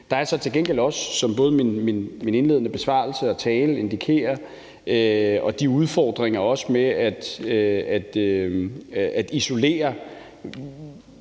Der er så til gengæld også, som både min indledende besvarelse og tale indikerer, de udfordringer med at isolere,